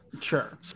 sure